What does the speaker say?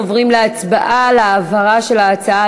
אנחנו עוברים להצבעה על העברה של ההצעה